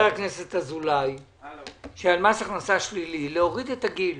הכנסת אזולאי בנוגע למס הכנסה שלילי להוריד את הגיל